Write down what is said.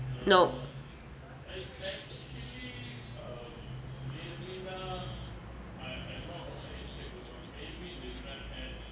nope